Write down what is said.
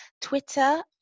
twitter